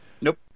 Nope